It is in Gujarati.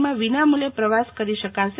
માં વિના મુલ્યે પ્રવાસ કરી શકાશે